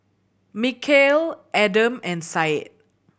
Mikhail Adam and Syed